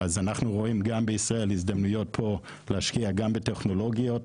אנחנו רואים גם בישראל הזדמנויות להשקיע גם בטכנולוגיות,